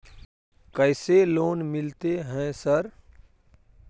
कैसे लोन मिलते है सर?